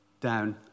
down